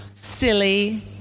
silly